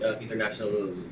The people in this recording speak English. international